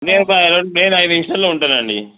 నేను ఒక నేను ఐదు నిమిషాల్లో ఉంటానండి